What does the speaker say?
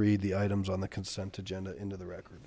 read the items on the consent agenda into the record